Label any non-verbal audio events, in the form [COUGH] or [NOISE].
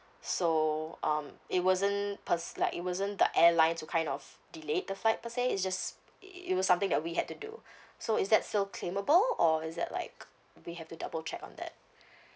so um it wasn't pers~ like it wasn't the airline to kind of delayed the flight per se it's just it was something that we had to do [BREATH] so is that still claimable or is that like we have to double check on that